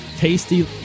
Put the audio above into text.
Tasty